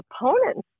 opponents